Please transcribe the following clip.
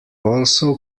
also